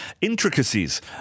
intricacies